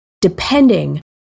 depending